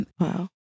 Wow